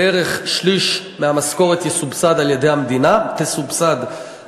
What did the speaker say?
בערך שליש מהמשכורת תסובסד על-ידי המדינה במשך,